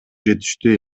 жетиштүү